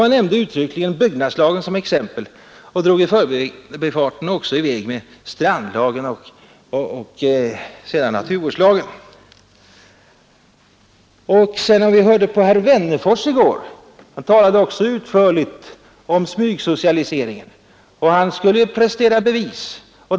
Man nämner uttryckligen byggnadslagen såsom exempel och drar i förbifarten också fram strandlagen och naturvårdslagen. Även herr Wennerfors talade i går utförligt om smygsocialisering. Han skulle prestera bevis.